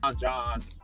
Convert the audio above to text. John